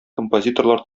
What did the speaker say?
композиторлар